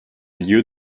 lieu